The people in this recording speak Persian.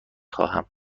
خواهم